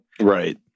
right